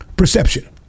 Perception